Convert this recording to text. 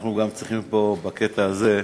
אנחנו גם צריכים, בקטע הזה,